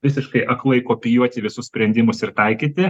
visiškai aklai kopijuoti visus sprendimus ir taikyti